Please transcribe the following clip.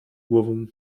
głową